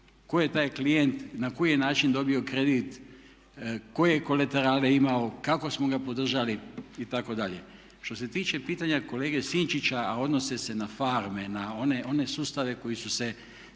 tko je taj klijent, na koji je način dobio kredit, koje je koleterale imao, kako smo ga podržali itd. Što se tiče pitanja kolege Sinčića, a odnose se na farme, na one sustave koji su se